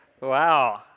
Wow